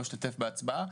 לא אשתתף בהצבעה.